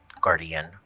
guardian